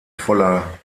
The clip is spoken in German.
voller